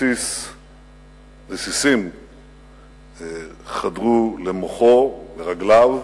ורסיסים חדרו למוחו ורגליו,